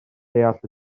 deall